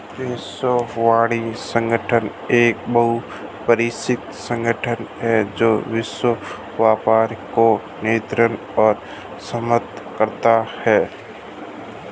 विश्व वाणिज्य संगठन एक बहुपक्षीय संगठन है जो वैश्विक व्यापार को नियंत्रित और समर्थन करता है